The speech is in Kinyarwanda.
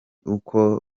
uko